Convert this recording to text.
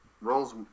rolls